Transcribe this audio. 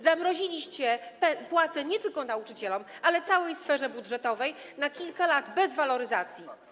Zamroziliście płace nie tylko nauczycielom, ale całej sferze budżetowej na kilka lat, bez waloryzacji.